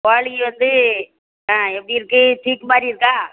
கோழி வந்து ஆ எப்படி இருக்கு சீக்கு மாதிரி இருக்கா